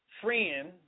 friend